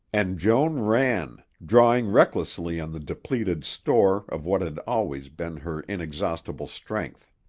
and joan ran, drawing recklessly on the depleted store of what had always been her inexhaustible strength.